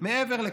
מעבר לכך,